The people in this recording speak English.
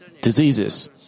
diseases